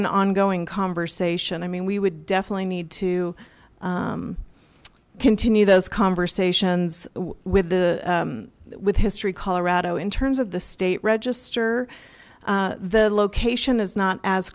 an ongoing conversation i mean we would definitely need to continue those conversations with the with history colorado in terms of the state register the location is not as